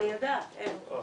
אני יודעת, אין.